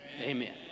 Amen